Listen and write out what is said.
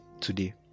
today